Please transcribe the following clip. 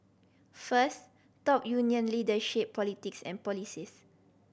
first top union leader shape politics and policies